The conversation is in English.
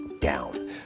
down